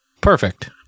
perfect